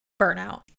burnout